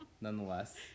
nonetheless